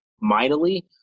mightily